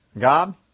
God